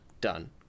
done